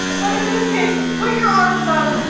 but in this case, put your arms up,